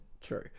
true